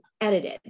edited